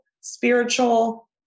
spiritual